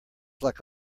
like